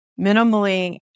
Minimally